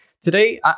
today